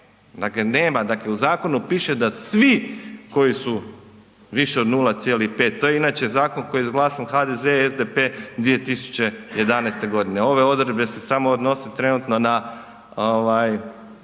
toga nema, dakle u zakonu piše da svi koji su više od 0,5. To je inače zakon koji je izglasao HDZ-e, SDP-e 2011. godine. Ove odredbe se samo odnose trenutno na